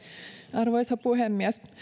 arvoisa puhemies